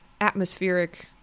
atmospheric